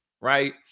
Right